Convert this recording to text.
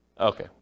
Okay